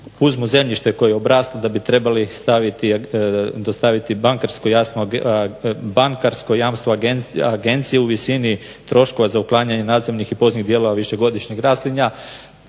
uzmu zemljište koje obrastu da bi trebali staviti dostaviti bankarsko jamstvo agenciji u visini troškova za uklanjanje nadzornih i …/Govornik se ne razumije./… višegodišnjih raslinja